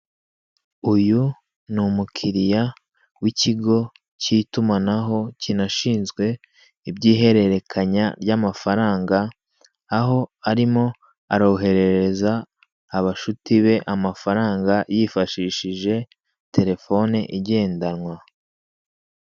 Uyu ni umukiriya w'ikigo cy'itumanaho, kinashinzwe ihererekanya ry'amafaranga aho arimo aroherereza abashuti be amafaranga, hifashishije telefoni igendanwa.